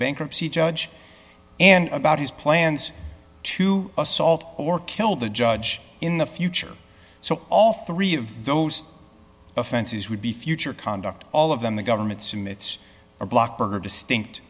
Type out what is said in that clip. bankruptcy judge and about his plans to assault or kill the judge in the future so all three of those offenses would be future conduct all of them the government soon it's a blocker distinct